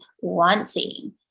wanting